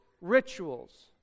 rituals